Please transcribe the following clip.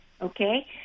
okay